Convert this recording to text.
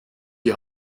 die